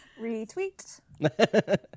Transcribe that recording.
Retweet